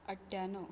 अठ्ठ्याणव